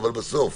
אבל בסוף